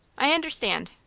i understand.